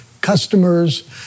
customers